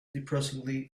depressingly